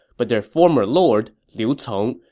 but their former lord, liu cong,